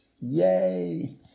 Yay